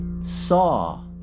saw